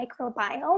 microbiome